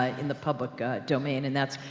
ah in the public domain, and that's,